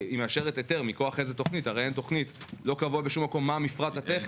מכוח איזו תוכנית היא מאשרת היתר?